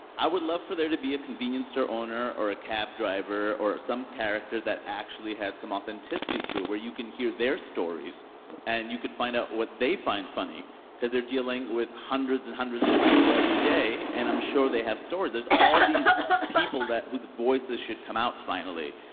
i would love for there to be a convenience store owner or a cab driver or some character that actually had some authenticity to it where you can hear their stories and you could find out what they find funny because they're dealing with hundreds and hundreds of people every day, and i'm sure they have stories. there's all these people that whose voices should come out, finally.